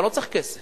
אני לא צריך כסף.